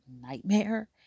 nightmare